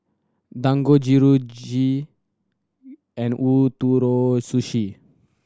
Dangojiru Kheer G and Ootoro Sushi